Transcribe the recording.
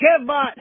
Kevbot